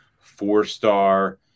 four-star